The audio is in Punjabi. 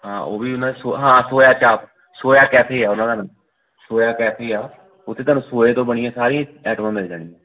ਹਾਂ ਉਹ ਵੀ ਉਹਨਾਂ 'ਚ ਹਾਂ ਸੋਇਆ ਚਾਪ ਸੋਇਆ ਕੈਫੇ ਆ ਉਹਨਾਂ ਦਾ ਨਾਮ ਸੋਇਆ ਕੈਫੇ ਆ ਉੱਥੇ ਤੁਹਾਨੂੰ ਸੋਏ ਤੋਂ ਬਣੀਆਂ ਸਾਰੀਆਂ ਐਟਮਾਂ ਮਿਲ ਜਾਣੀਆਂ